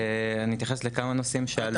אני אתייחס לכמה נושאים שעלו.